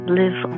live